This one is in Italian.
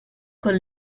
con